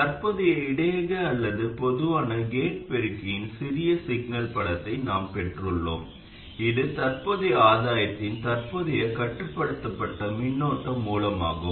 தற்போதைய இடையக அல்லது பொதுவான கேட் பெருக்கியின் சிறிய சிக்னல் படத்தை நாம் பெற்றுள்ளோம் இது தற்போதைய ஆதாயத்தின் தற்போதைய கட்டுப்படுத்தப்பட்ட மின்னோட்ட மூலமாகும்